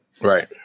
Right